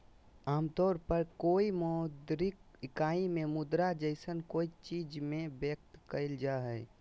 आमतौर पर कोय मौद्रिक इकाई में मुद्रा जैसन कोय चीज़ में व्यक्त कइल जा हइ